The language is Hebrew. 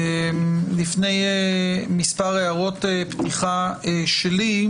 לפני מספר הערות פתיחה שלי,